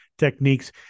Techniques